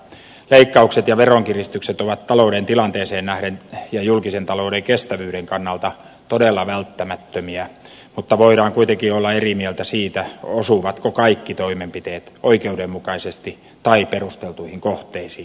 leikkaukset ja veronkiristykset ovat talouden tilanteeseen nähden ja julkisen talouden kestävyyden kannalta todella välttämättömiä mutta voidaan kuitenkin olla eri mieltä siitä osuvatko kaikki toimenpiteet oikeudenmukaisesti tai perusteltuihin kohteisiin